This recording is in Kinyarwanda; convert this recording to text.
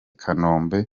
kanombe